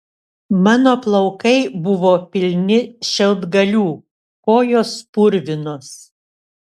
mano plaukai buvo pilni šiaudgalių kojos purvinos